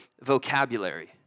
vocabulary